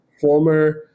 former